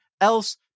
else